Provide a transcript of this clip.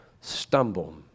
stumble